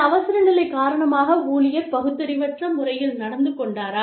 சில அவசரநிலை காரணமாக ஊழியர் பகுத்தறிவற்ற முறையில் நடந்து கொண்டாரா